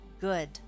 good